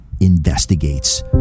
investigates